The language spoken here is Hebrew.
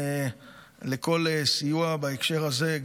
לכל סיוע בהקשר הזה,